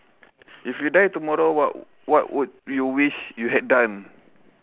if you die tomorrow what what would you wish you had done